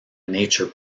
nature